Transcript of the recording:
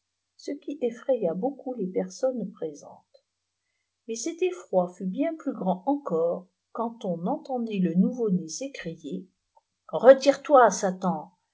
ce qui effraya beaucoup les personnes présentes mais cet effroi fut bien plus grand encore quand on entendit le nouveau-né s'écrier retire-toi satan